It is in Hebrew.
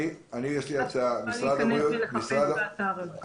יוכל להיכנס ולחפש באתר הזה.